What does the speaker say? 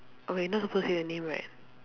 oh we not supposed to say the name right